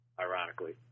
Ironically